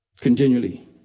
continually